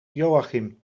joachim